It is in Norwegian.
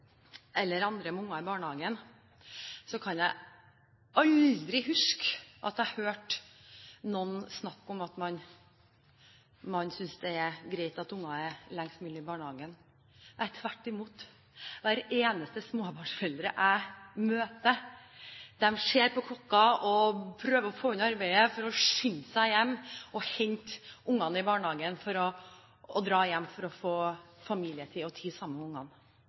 eller med foreldre til andre barn i barnehagen, kan jeg ikke huske at jeg har hørt noen snakke om at man synes det er greit at barna er lengst mulig i barnehagen. Tvert imot, hver eneste småbarnsforelder jeg møter, ser på klokken og prøver å få unna arbeidet for å skynde seg å hente barna i barnehagen, for så å dra hjem for å få familietid sammen med